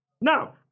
Now